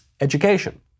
education